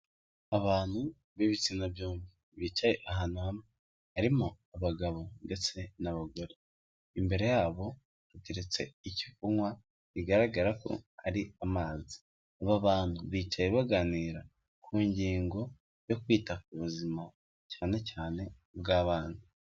Abantu b'ibitsina byombi bicaye ahantu hamwe, harimo abagabo ndetse n'abagore, imbere yabo hateretse icyo kunywa, bigaragara ko ari amazi, aba bantu bicaye baganira ku ngingo yo kwita ku buzima cyane cyane ubw'abana.